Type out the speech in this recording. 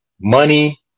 Money